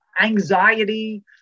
anxiety